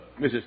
Mrs